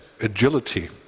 agility